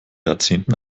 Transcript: jahrzehnten